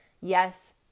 Yes